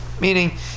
Meaning